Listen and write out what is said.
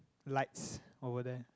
lights over there